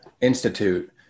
institute